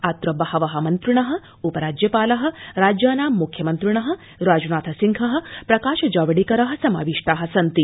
अत्र बहव मन्त्रिण उपराज्यपाल राज्यानां मुख्यमन्त्रिण राजनाथसिंह प्रकाशजावडक्ति समाविष्ठ ी सन्ति